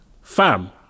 fam